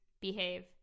behave